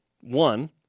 one